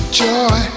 joy